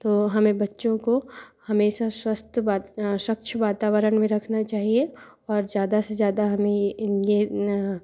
तो हमें बच्चों को हमेशा स्वस्थ बैठ स्वच्छ वातावरण में रखना चाहिए और ज़्यादा से ज़्यादा हमें ये